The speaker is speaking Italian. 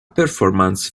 performance